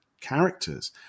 characters